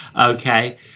Okay